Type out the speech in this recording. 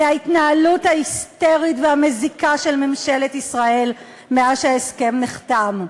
וזה ההתנהלות ההיסטרית והמזיקה של ממשלת ישראל מאז שההסכם נחתם,